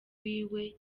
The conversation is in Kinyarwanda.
wiwe